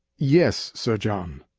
yes, sir john.